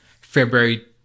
February